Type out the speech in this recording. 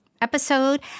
episode